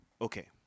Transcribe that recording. okay